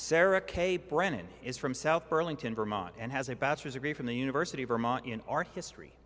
sarah k brennan is from south burlington vermont and has a bachelor's degree from the university of vermont in our history